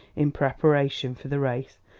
in preparation for the race,